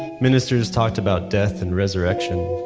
and ministers talked about death and resurrection.